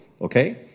Okay